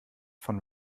von